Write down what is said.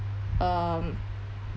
um